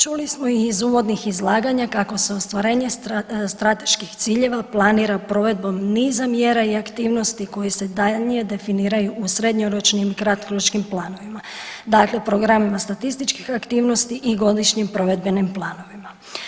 Čuli smo i iz uvodnih izlaganja kako se ostvarenje strateških ciljeva planira provedbom niza mjera i aktivnosti koje se detaljnije definiraju u srednjoročnim i kratkoročnim planovima, dakle programima statističkih aktivnosti i godišnjim provedbenim planovima.